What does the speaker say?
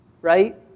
right